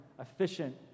efficient